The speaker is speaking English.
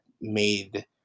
made